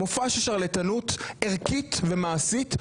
מופע של שרלטנות ערכית ומעשית,